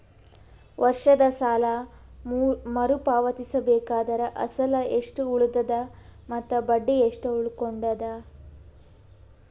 ವರ್ಷದ ಸಾಲಾ ಮರು ಪಾವತಿಸಬೇಕಾದರ ಅಸಲ ಎಷ್ಟ ಉಳದದ ಮತ್ತ ಬಡ್ಡಿ ಎಷ್ಟ ಉಳಕೊಂಡದ?